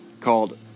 called